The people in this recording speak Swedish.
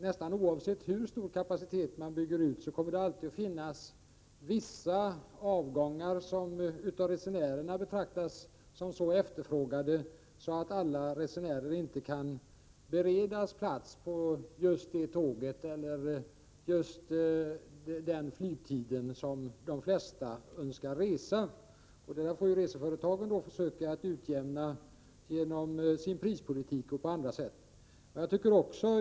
Nästan oavsett hur stor kapacitet företagen bygger ut kommer det alltid att finnas vissa avgångar som av resenärerna är så eftertraktade att alla resenärer inte kan beredas plats på just det tåg eller flygplan som de flesta önskar resa med. Denna efterfrågan får reseföretagen försöka att utjämna, genom sin prispolitik och på andra sätt.